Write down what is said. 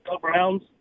Browns